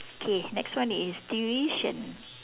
okay next one is tuition